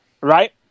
right